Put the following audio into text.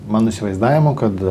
mano įsivaizdavimo kad